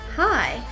Hi